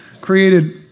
created